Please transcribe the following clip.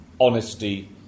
honesty